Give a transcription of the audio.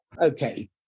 Okay